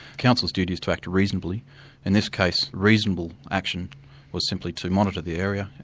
councils' duty is to act reasonably in this case reasonable action was simply to monitor the area.